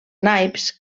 naips